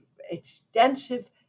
extensive